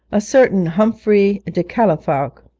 a certain humfrey de catafalque,